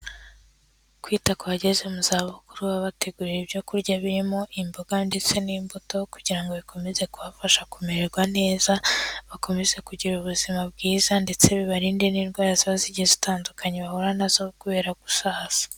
Kwita ku bageze mu zabukuru baba bategurira ibyo kurya birimo imboga ndetse n'imbuto, kugira ngo bikomeze kubafasha kumererwa neza bakomeze kugira ubuzima bwiza ndetse bibarinde n'indwara zaba zigiye zitandukanye bahura nazo kubera gusahaza.